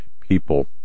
people